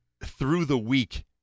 through-the-week